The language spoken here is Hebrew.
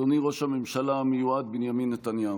אדוני ראש הממשלה המיועד בנימין נתניהו,